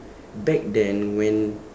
back then when